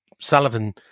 Sullivan